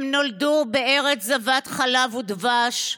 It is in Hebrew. הם נולדו בארץ זבת חלב ודבש,